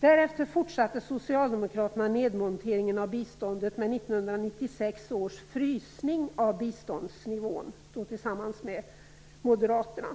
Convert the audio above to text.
Därefter fortsatte Socialdemokraterna nedmonteringen av biståndet med 1996 års frysning av biståndsnivån, då tillsammans med Moderaterna.